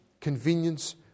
convenience